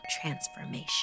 transformation